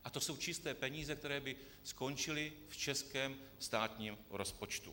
A to jsou čisté peníze, které by skončily v českém státním rozpočtu.